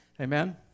Amen